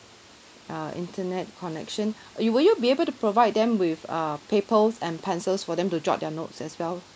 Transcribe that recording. uh internet connection uh you will you be able to provide them with uh papers and pencils for them to jot their notes as well